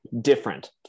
different